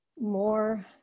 more